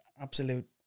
absolute